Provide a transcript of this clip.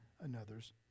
another's